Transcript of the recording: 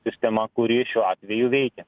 sistema kuri šiuo atveju veikia